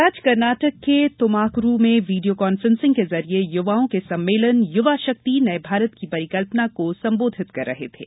वे आज कर्नाटक के तुमाकुरु में वीडिया कांफ्रेंस के जरिए युवाओं के सम्मेलन युवा शक्ति नये भारत की परिकल्पना को संबोधित कर रहे थे